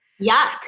Yuck